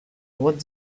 what